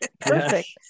Perfect